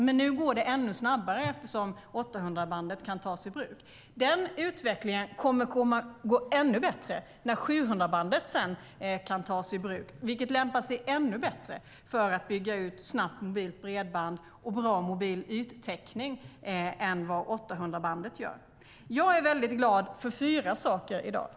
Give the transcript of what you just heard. Men nu går det ännu snabbare eftersom 800-bandet kan tas i bruk. Den utvecklingen kommer att gå ännu bättre när 700-bandet sedan kan tas i bruk. 700-bandet lämpar sig ännu bättre för att bygga ut snabbt mobilt bredband och bra mobil yttäckning än vad 800-bandet gör. Jag är glad över fyra saker i dag.